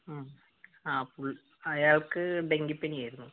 ആഹ് ആഹ് ഫുൾ അയാൾക്ക് ഡെങ്കിപ്പനി ആയിരുന്നു